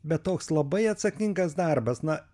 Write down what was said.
bet toks labai atsakingas darbas na